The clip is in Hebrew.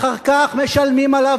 אחר כך משלמים עליו